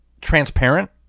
Transparent